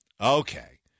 okay